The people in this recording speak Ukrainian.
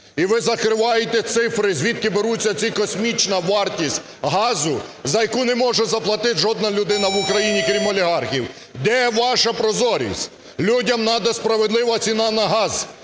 і ми закриваєте цифри, звідки беруться ці… космічна вартість газу, за яку не може заплатити жодна людина в Україні, крім олігархів, де ваша прозорість?! Людям надо справедлива ціна на газ.